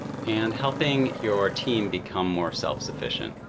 and helping your team become more self-sufficient.